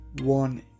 one